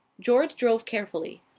george drove carefully.